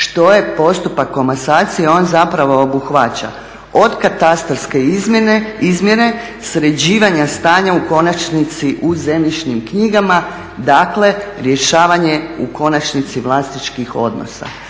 Što je postupak komasacije? On zapravo obuhvaća od katastarske izmjere, sređivanja stanja u konačnici u zemljišnim knjigama, dakle rješavanje u konačnici vlasničkih odnosa.